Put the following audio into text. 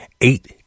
eight